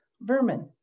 vermin